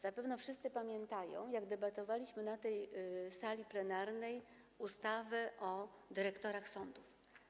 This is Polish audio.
Zapewne wszyscy pamiętają, jak debatowaliśmy na tej sali plenarnej nad ustawą o dyrektorach sądów.